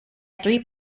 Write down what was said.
three